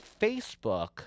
Facebook